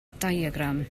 diagram